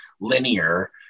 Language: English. linear